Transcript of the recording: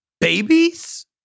Babies